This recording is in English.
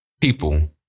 people